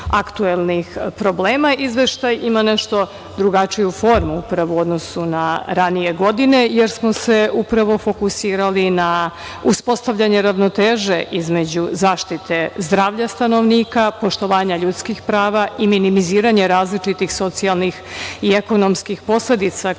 aktuelnih problema, Izveštaj ima nešto drugačiju formu u odnosu na ranije godine, jer smo se upravo fokusirali na uspostavljanje ravnoteže između zaštite zdravlja stanovnika, poštovanja ljudskih prava i minimiziranje različitih socijalnih i ekonomskih posledica koje